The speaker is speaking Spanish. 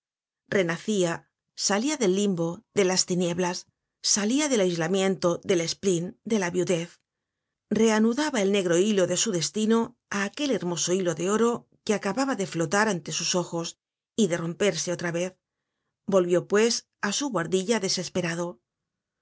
renacia salia del limbo de las tinieblas salia del aislamiento del spleen de la viudez reanudaba el negro hilo de su destino á aquel hermoso hilo de oro que acababa de flotar ante sus ojos y de romperse otra vez volvió pues á su buhardilla desesperado